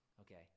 Okay